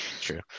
True